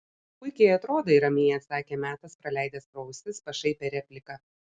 puikiai atrodai ramiai atsakė metas praleidęs pro ausis pašaipią repliką